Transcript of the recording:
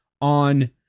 on